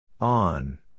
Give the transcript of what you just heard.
On